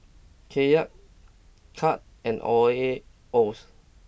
Kyat Cut and